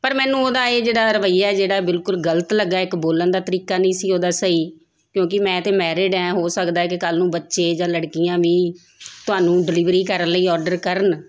ਪਰ ਮੈਨੂੰ ਉਹਦਾ ਇਹ ਜਿਹੜਾ ਰਵੱਈਆ ਜਿਹੜਾ ਬਿਲਕੁਲ ਗਲਤ ਲੱਗਾ ਇੱਕ ਬੋਲਣ ਦਾ ਤਰੀਕਾ ਨਹੀਂ ਸੀ ਉਹਦਾ ਸਹੀ ਕਿਉਂਕਿ ਮੈਂ ਤਾਂ ਮੈਰਿਡ ਹਾਂ ਹੋ ਸਕਦਾ ਕਿ ਕੱਲ੍ਹ ਨੂੰ ਬੱਚੇ ਜਾਂ ਲੜਕੀਆਂ ਵੀ ਤੁਹਾਨੂੰ ਡਿਲੀਵਰੀ ਕਰਨ ਲਈ ਔਡਰ ਕਰਨ